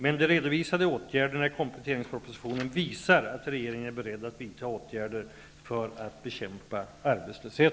Men de redovisade åtgärderna i kompletteringspropositionen visar att regeringen är beredd att vidta åtgärder för att bekämpa arbetslösheten.